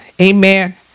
Amen